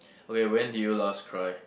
okay when did you last cry